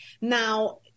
Now